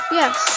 yes